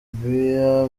beer